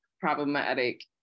problematic